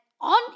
on